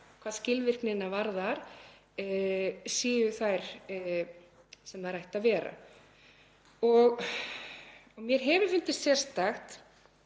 hvað skilvirkni varðar séu þær sem þær ættu að vera og mér hefur fundist sérstakt,